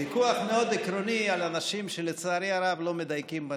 ויכוח מאוד עקרוני על אנשים שלצערי הרב לא מדייקים בנתונים.